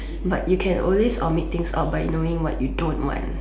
but you can always omit things out by knowing what you don't want